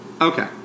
Okay